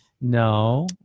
no